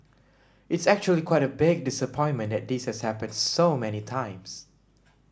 it's actually quite a big disappointment that this has happened so many times